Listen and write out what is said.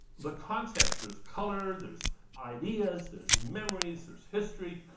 the content there's color, there's ideas, there's memories, there's history.